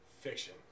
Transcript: Fiction